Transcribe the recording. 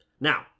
Now